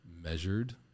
measured